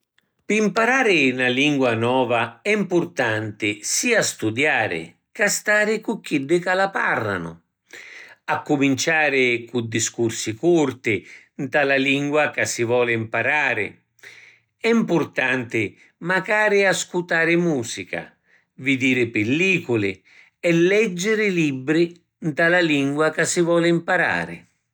Pi mparari na lingua nova è mpurtanti sia studiari ca stari cu chiddi ca la parranu. Accuminciari cu discursi curti nta la lingua ca si voli mparari. È mpurtanti macari ascutari musica, vidiri pilliculi e leggiri libri nta la lingua ca si voli mparari.